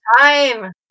time